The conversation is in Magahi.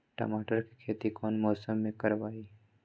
टमाटर की खेती कौन मौसम में करवाई?